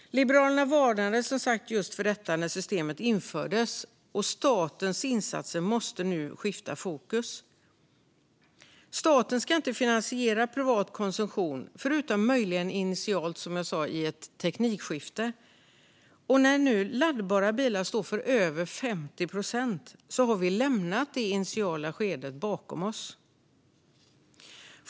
Liberalerna varnade, som sagt, för just detta när systemet infördes. Statens insatser måste nu skifta fokus. Staten ska inte finansiera privat konsumtion - förutom möjligen initialt i ett teknikskifte, som jag sa. När nu laddbara bilar står för över 50 procent har vi lämnat det initiala skedet bakom oss.